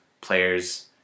players